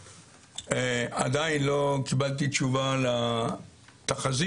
עדיין לא קיבלתי תשובה לתחזית.